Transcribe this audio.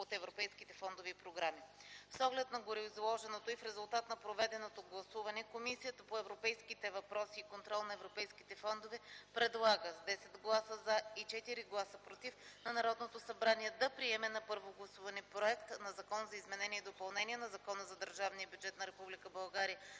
от европейските фондове и програми. С оглед на гореизложеното и в резултат на проведеното гласуване, Комисията по европейските въпроси и контрол на европейските фондове предлага с 10 гласа „за” и 4 гласа „против” на Народното събрание да приеме на първо гласуване проект на Закон за изменение и допълнение на Закона за държавния бюджет на